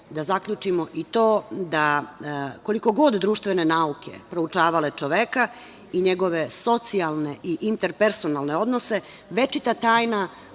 da zaključimo i to da koliko god društvene nauke proučavale čoveka i njegove socijalne i interpersonalne odnose večita tajna